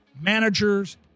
managers